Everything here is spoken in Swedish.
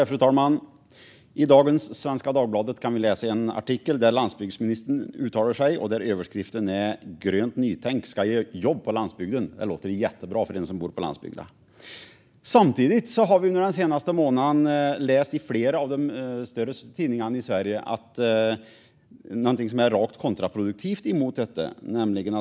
Fru talman! I dagens Svenska Dagbladet kan vi läsa en artikel där landsbygdsministern uttalar sig och där överskriften är: Grönt nytänk ska ge jobb på landsbygden. Det låter jättebra för den som bor på landsbygden. Samtidigt har vi under den senaste månaden läst i flera av de större tidningarna i Sverige om någonting som är rakt kontraproduktivt mot detta.